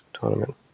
tournament